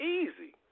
easy